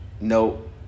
no